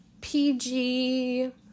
PG